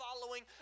following